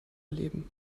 erleben